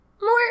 more